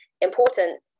important